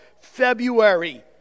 February